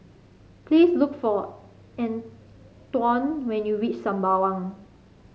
please look for Antwon when you reach Sembawang